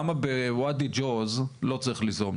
למה בוואדי ג'וז לא צריך ליזום?